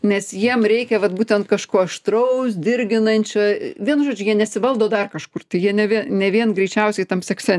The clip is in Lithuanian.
nes jiem reikia vat būtent kažko aštraus dirginančio vienu žodžiu jie nesivaldo dar kažkur tai jie ne vien ne vien greičiausiai tam sekse